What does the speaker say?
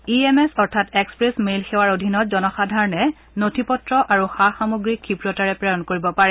ই M S অথবা express mail সেৱাৰ অধীনত জনসাধাৰণে নথিপত্ৰ আৰু সা সামগ্ৰী ক্ষীপ্ৰতাৰে প্ৰেৰণ কৰিব পাৰে